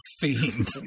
fiend